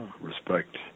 respect